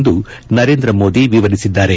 ಎಂದು ನರೇಂದ್ರ ಮೋದಿ ವಿವರಿಸಿದ್ದಾರೆ